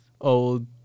old